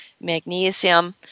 magnesium